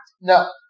No